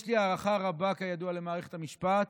יש לי הערכה רבה, כידוע, למערכת המשפט.